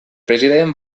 president